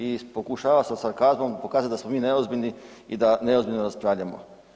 I pokušava se sarkazmom pokazati da smo mi neozbiljni i da neozbiljno raspravljamo.